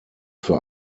für